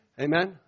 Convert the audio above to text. Amen